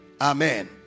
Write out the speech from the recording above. amen